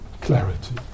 clarity